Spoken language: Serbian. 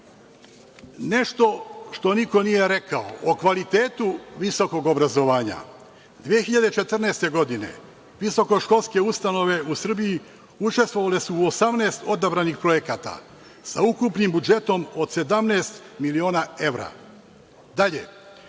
što niko nije rekao o kvalitetu visokog obrazovanja, 2014. godine visokoškolske ustanove u Srbiji učestvovale su u 18 odabranih projekata sa ukupnim budžetom od 17 miliona evra.